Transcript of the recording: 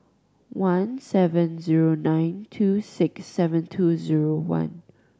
one seven zero nine two six seven two zero one